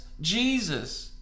Jesus